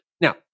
Now